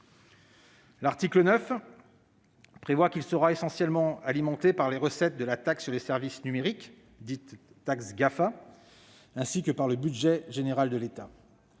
L'article 9 prévoit que ce fonds sera essentiellement alimenté par les recettes de la taxe sur les services numériques dite taxe GAFA, ainsi que par le budget général de l'État.